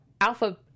Alpha